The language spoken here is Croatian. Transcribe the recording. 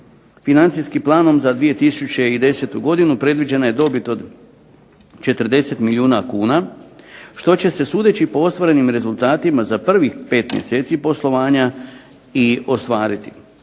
Financijskim planom za 2010. godinu predviđena je dobit od 40 milijuna kuna što će se, sudeći po ostvarenim rezultatima za prvih 5 mjeseci poslovanja i ostvariti.